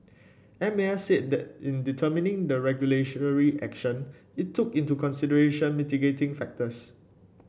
M A S said that in determining the regulatory action it took into consideration mitigating factors